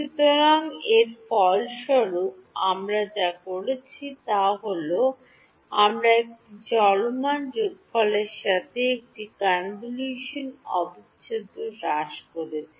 সুতরাং এর ফলস্বরূপ আমরা যা করেছি তা হল আমরা একটি চলমান যোগফলের সাথে একটি কনভলিউশন অবিচ্ছেদ্য হ্রাস করেছি